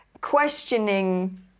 questioning